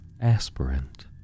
aspirant